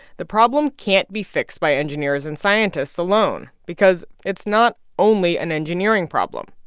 the problem can't be fixed by engineers and scientists alone, because it's not only an engineering problem.